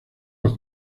los